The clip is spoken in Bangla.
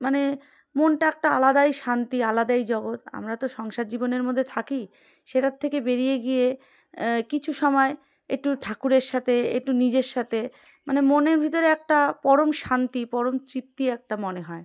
মানে মনটা একটা আলাদাই শান্তি আলাদাই জগৎ আমরা তো সংসার জীবনের মধ্যে থাকি সেটার থেকে বেরিয়ে গিয়ে কিছু সময় একটু ঠাকুরের সাথে একটু নিজের সাথে মানে মনের ভিতরে একটা পরম শান্তি পরম তৃপ্তি একটা মনে হয়